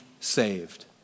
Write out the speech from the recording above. saved